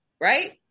right